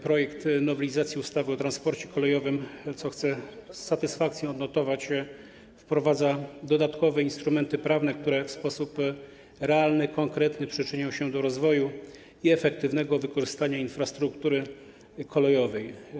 Projekt nowelizacji ustawy o transporcie kolejowym, co chcę z satysfakcją odnotować, wprowadza dodatkowe instrumenty prawne, które w sposób realny, konkretny przyczynią się do rozwoju i efektywnego wykorzystania infrastruktury kolejowej.